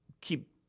keep